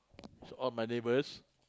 all my neighbours